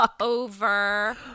over